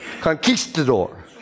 conquistador